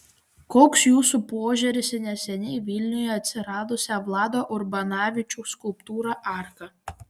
koks jūsų požiūris į neseniai vilniuje atsiradusią vlado urbanavičiaus skulptūrą arka